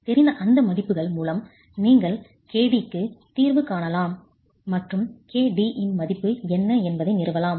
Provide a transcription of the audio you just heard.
தெரிந்த அந்த மதிப்புகள் மூலம் நீங்கள் kd க்கு தீர்வு காணலாம் மற்றும் kd இன் மதிப்பு என்ன என்பதை நிறுவலாம்